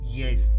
yes